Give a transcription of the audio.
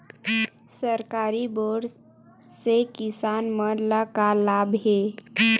सरकारी बोर से किसान मन ला का लाभ हे?